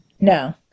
No